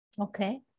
Okay